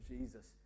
Jesus